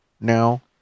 now